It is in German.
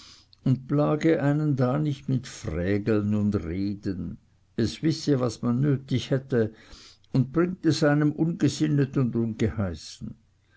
und plage einem da nicht mit frägeln und reden es wisse was man nötig hätte und bringe es einem ungesinnet und ungeheißen